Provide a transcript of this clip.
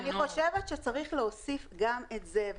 אני חושבת שצריך להוסיף גם את זה,